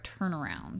turnaround